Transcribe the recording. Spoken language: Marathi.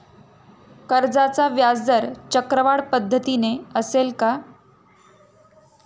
कर्जाचा व्याजदर चक्रवाढ पद्धतीने असेल का?